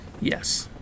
Yes